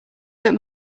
but